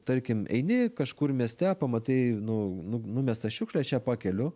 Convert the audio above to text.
tarkim eini kažkur mieste pamatai nu nu numestą šiukšlę aš ją pakeliu